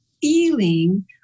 feeling